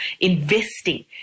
investing